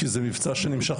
כי זה מבצע שנמשך,